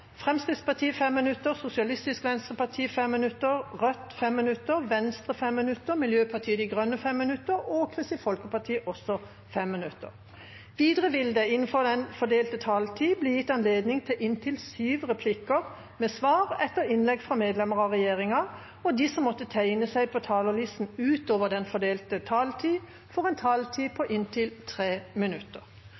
Fremskrittspartiet 5 minutter, Sosialistisk Venstreparti 5 minutter, Rødt 5 minutter, Venstre 5 minutter, Miljøpartiet De Grønne 5 minutter og Kristelig Folkeparti 5 minutter. Videre vil det – innenfor den fordelte taletid – bli gitt anledning til inntil syv replikker med svar etter innlegg fra medlemmer av regjeringen, og de som måtte tegne seg på talerlisten utover den fordelte taletid, får en taletid på